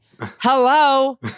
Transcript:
Hello